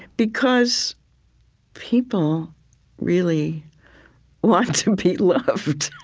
because people really want to be loved,